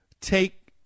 take